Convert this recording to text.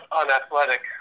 unathletic